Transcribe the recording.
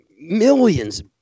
Millions